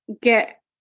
get